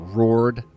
roared